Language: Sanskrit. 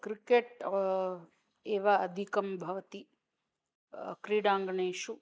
क्रिकेट् एव अधिकं भवति क्रीडाङ्गणेषु